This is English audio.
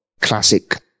classic